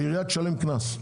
העירייה תשלם קנס.